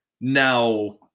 Now